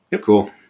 Cool